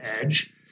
edge